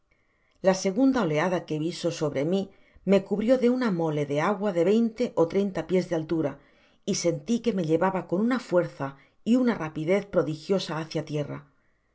la segunda oleada que viso sobre n i me cubrio de una mole de agua de veinte ó treinta piés de altura y senti que me llevaba con una fuerza y una rapidez prodigiosa hácia tierra